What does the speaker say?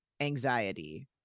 anxiety